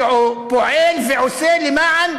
שפועל ועושה למען